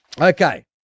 Okay